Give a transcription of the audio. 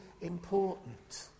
important